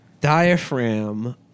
Diaphragm